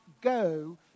go